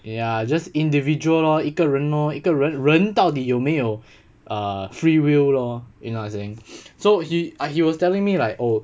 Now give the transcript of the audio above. ya just individual lor 一个人 lor 一个人人到底有没有 err free will lor you know what I'm saying so he he was telling me like oh